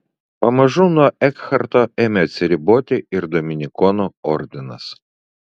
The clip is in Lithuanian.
pamažu nuo ekharto ėmė atsiriboti ir dominikonų ordinas